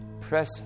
press